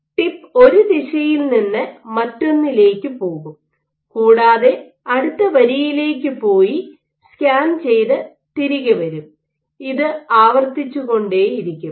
tip ഒരു ദിശയിൽ നിന്ന് മറ്റൊന്നിലേക്ക് പോകും കൂടാതെ അടുത്ത വരിയിലേക്ക് പോയി സ്കാൻ ചെയ്തു തിരികെ വരും ഇത് ആവർത്തിച്ചുകൊണ്ടേയിരിക്കും